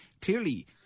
clearly